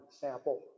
sample